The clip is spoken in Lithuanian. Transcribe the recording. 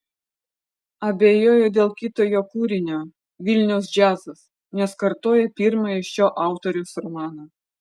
abejoju dėl kito jo kūrinio vilniaus džiazas nes kartoja pirmąjį šio autoriaus romaną